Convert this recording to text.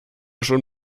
schon